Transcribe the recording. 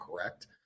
correct